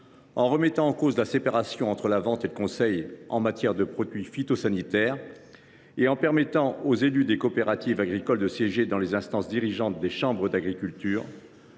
En remettant en cause la séparation entre la vente et le conseil en matière de produits phytosanitaires et en permettant aux élus des coopératives agricoles de siéger dans les instances dirigeantes des chambres d’agriculture,